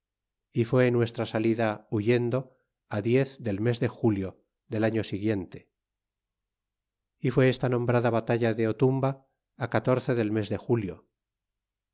y fué nuestra salida huyendo diez del mes de julio del año siguiente y fué esta nombrada batalla de tumba catorce del mes de julio